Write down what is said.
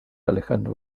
alejandro